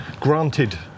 granted